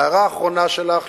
להערה אחרונה שלך,